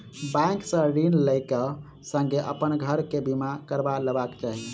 bank से ऋण लै क संगै अपन घर के बीमा करबा लेबाक चाही